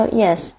yes